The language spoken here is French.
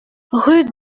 rue